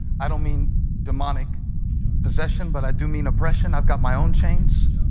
i don't mean demonic possession, but i do mean oppression i've got my own chains